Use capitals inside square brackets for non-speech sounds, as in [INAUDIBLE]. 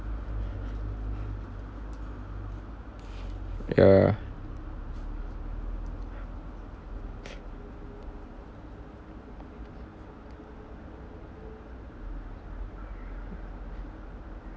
ya [NOISE]